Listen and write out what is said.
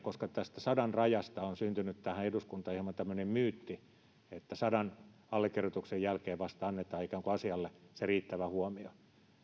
koska tästä sadan rajasta on syntynyt tähän eduskuntaan hieman tämmöinen myytti että sadan allekirjoituksen jälkeen vasta annetaan asialle ikään kuin se riittävä huomio